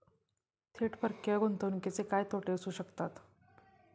थेट परकीय गुंतवणुकीचे काय तोटे असू शकतात?